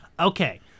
Okay